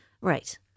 right